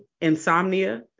insomnia